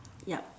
yup